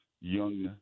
young